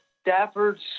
Stafford's